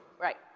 Right